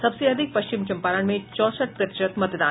सबसे अधिक पश्चिम चंपारण में चौसठ प्रतिशत मतदान